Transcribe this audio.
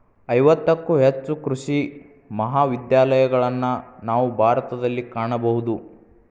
ಐವತ್ತಕ್ಕೂ ಹೆಚ್ಚು ಕೃಷಿ ಮಹಾವಿದ್ಯಾಲಯಗಳನ್ನಾ ನಾವು ಭಾರತದಲ್ಲಿ ಕಾಣಬಹುದು